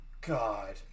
God